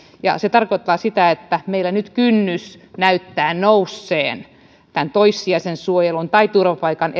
se tarkoittaa sitä että meillä nyt kynnys näyttää nousseen tämän toissijaisen suojelun tai turvapaikan